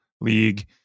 league